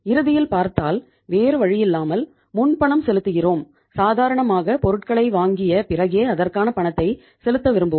இறுதியில் பார்த்தால் வேறு வழியில்லாமல் முன் பணம் செலுத்துகிறோம் சாதாரணமாக பொருட்களை வாங்கிய பிறகே அதற்கான பணத்தை செலுத்த விரும்புவோம்